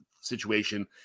situation